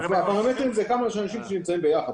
כמה אנשים נמצאים ביחד.